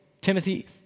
Timothy